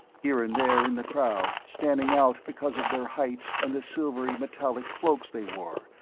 here and there in the crowd, standing out because of their height and the silvery metallic cloaks they wore,